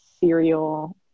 cereal